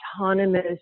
autonomous